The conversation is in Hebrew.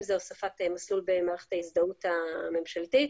אם זה הוספת מסלול במערכת ההזדהות הממשלתית,